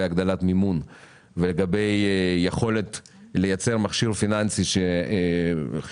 הגדלת מימון ולגבי יכולת לייצר מכשיר פיננסי שחשבון